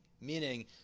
Meaning